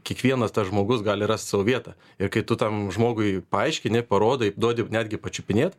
kiekvienas žmogus gali rast sau vietą ir kai tu tam žmogui paaiškini parodai duodi netgi pačiupinėt